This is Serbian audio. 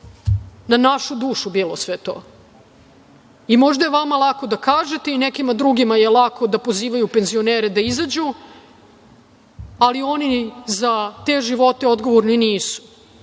na našu dušu. Možda je vama lako da kažete i nekima drugima je lako da pozivaju penzionere da izađu, ali oni za te živote odgovorni nisu.